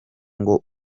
ngo